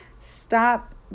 Stop